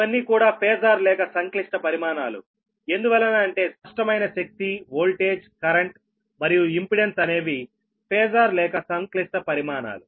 ఇవన్నీ కూడా పేజార్ లేక సంక్లిష్ట పరిమాణాలు ఎందువలన అంటే స్పష్టమైన శక్తి ఓల్టేజ్ కరెంట్ మరియు ఇంపెడెన్స్ అనేవి పేజార్ లేక సంక్లిష్ట పరిమాణాలు